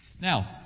Now